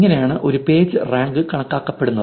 ഇങ്ങനെയാണ് ഒരു page rank കാണപ്പെടുന്നത്